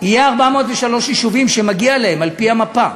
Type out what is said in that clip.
יהיו 403 יישובים שמגיע להם על-פי המפה,